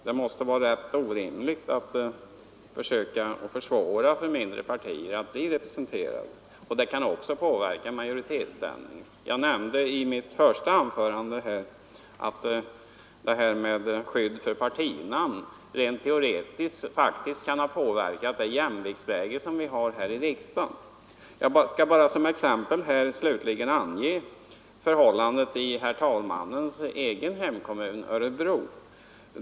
Det är fel att försvåra för mindre partier att bli representerade. Det kan även påverka majoritetsförhållandena. Jag nämnde i mitt första anförande att skyddet för partinamn rent teoretiskt kan ha medfört det jämnviktsläge som vi har här i riksdagen. Jag skall som exempel ange förhållandet i herr talmannens egen kommun, Örebro.